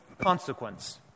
consequence